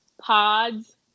pods